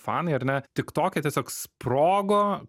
fanai ar ne tik toke tiesiog sprogo